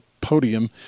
podium